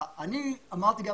אני כבר אמרתי אני